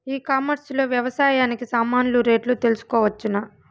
ఈ కామర్స్ లో వ్యవసాయానికి సామాన్లు రేట్లు తెలుసుకోవచ్చునా?